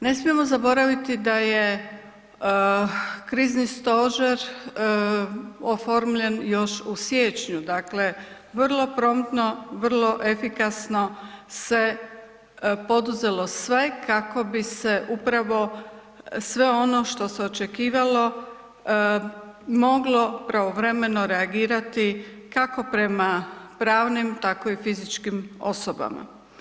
Ne smijemo zaboraviti da je Krizni stožer oformljen još u siječnju, dakle vrlo promptno, vrlo efikasno se poduzelo sve kako bi se upravo sve ono što se očekivalo, moglo pravovremeno reagirati kako prema pravnim, tako i fizičkim osobama.